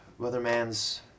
weatherman's